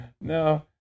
No